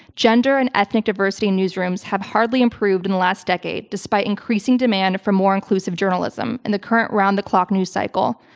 gender and ethnic diversity in newsrooms have hardly improved in the last decade despite increasing demand for more inclusive journalism in the current round-the-clock news cycle.